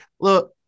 look